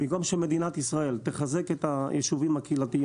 במקום שמדינת ישראל תחזק את היישובים הקהילתיים